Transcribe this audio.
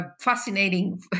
fascinating